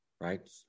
Right